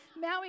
Maui